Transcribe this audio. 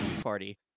party